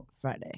Friday